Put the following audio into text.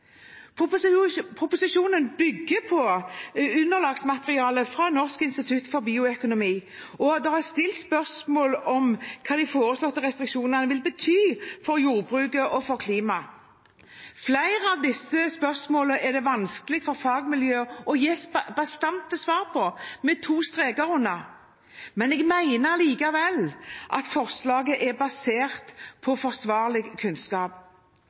Proposisjonen bygger på underlagsmateriale fra Norsk institutt for bioøkonomi, og det er stilt spørsmål om hva de foreslåtte restriksjonene vil bety for jordbruket og klimaet. Flere av disse spørsmålene er det vanskelig for fagmiljøet å gi bastante svar på, med to streker under. Jeg mener likevel at forslaget er basert på forsvarlig kunnskap.